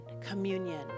communion